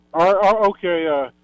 Okay